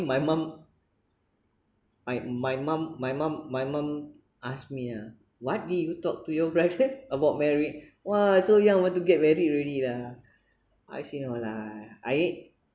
my mum my my mum my mum my mum asked me ah what did you talk to your brother about married !wah! so young want to get married already lah I say no lah I